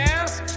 ask